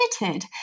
limited